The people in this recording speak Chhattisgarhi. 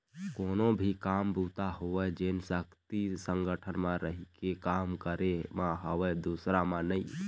कोनो भी काम बूता होवय जेन सक्ति संगठन म रहिके काम करे म हवय दूसर म नइ